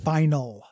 Final